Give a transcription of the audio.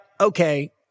Okay